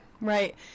Right